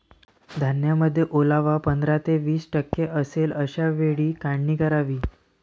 धान्यामध्ये ओलावा पंधरा ते वीस टक्के असेल अशा वेळी काढणी करावी